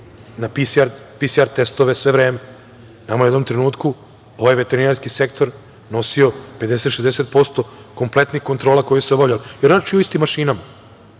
PCR testove sve vreme. Nama je u jednom trenutku ovaj veterinarski sektor nosio 50-60% kompletnih kontrola koje su se obavljale. Reč je o istim mašinama.